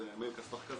זה סיוט.